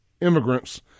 immigrants